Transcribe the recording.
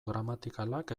gramatikalak